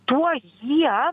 tuo jie